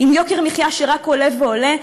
עם יוקר מחיה שרק עולה ועולה,